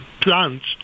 plants